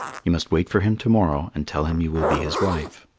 you must wait for him to-morrow and tell him you will be his wife.